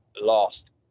Lost